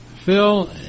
Phil